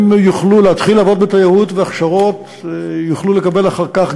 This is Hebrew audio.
הם יוכלו להתחיל לעבוד בתיירות והכשרות יוכלו לקבל אחר כך,